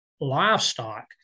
livestock